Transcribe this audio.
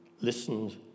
listened